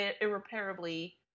irreparably